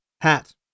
hat